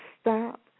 stop